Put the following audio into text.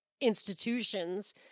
institutions